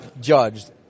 judged